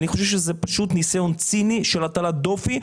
אני חושב שזה פשוט ניסיון ציני של הטלת דופי,